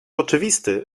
oczywisty